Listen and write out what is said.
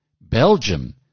Belgium